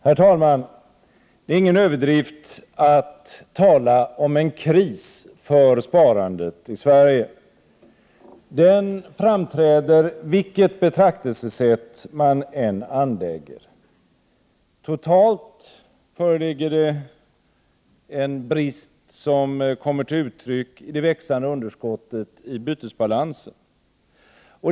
Herr talman! Det är ingen överdrift att tala om en kris för sparandet i Sverige. Den framträder oavsett vilket betraktelsesätt man än anlägger. Totalt sett föreligger en brist som kommer till uttryck i det växande underskottet i bytesbalansen.